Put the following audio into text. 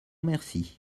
merci